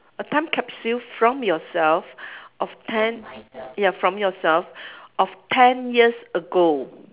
a time capsule from yourself of ten ya from yourself of ten years ago